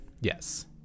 Yes